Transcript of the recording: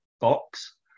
box